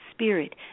spirit